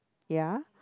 ya